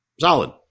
solid